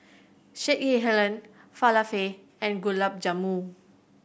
Sekihan Falafel and Gulab Jamun